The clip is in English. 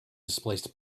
displaced